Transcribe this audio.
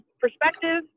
perspective